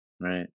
right